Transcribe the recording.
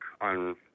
on